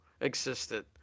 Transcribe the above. existed